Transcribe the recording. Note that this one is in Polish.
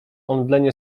omdlenie